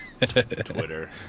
Twitter